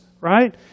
right